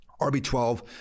RB12